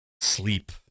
sleep